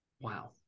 wow